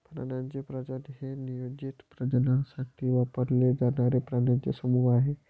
प्राण्यांचे प्रजनन हे नियोजित प्रजननासाठी वापरले जाणारे प्राण्यांचे समूह आहे